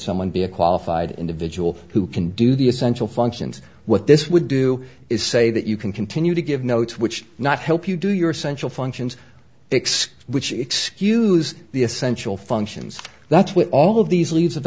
someone be a qualified individual who can do the essential functions what this would do is say that you can continue to give notes which not help you do your central functions excuse which excuse the essential functions that's what all of these leaves of